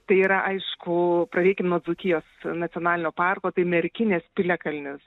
tai yra aišku pradėkim nuo dzūkijos nacionalinio parko tai merkinės piliakalnis